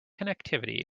connectivity